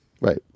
Right